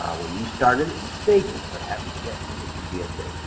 where you started it, you saved it but haven't yet sent it to gsa.